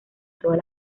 todas